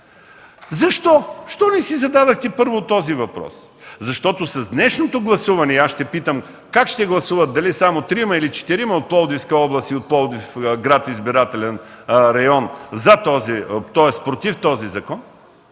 Защо не си зададохте първо този въпрос? Защото с днешното гласуване, и аз ще питам как ще гласуват – дали само трима или четирима от Пловдивска област и от Пловдив-град избирателен район против този закон,